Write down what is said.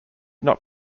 not